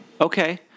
Okay